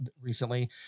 recently